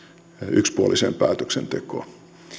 yksipuoliseen päätöksentekoon